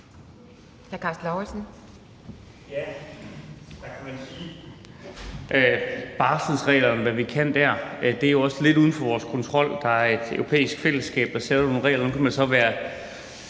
Karsten Lauritzen (V): Der kan man i forhold til barselsreglerne spørge: Hvad kan vi der? Det er jo også lidt uden for vores kontrol. Der er et europæisk fællesskab, der laver nogle regler. Dem kan man så være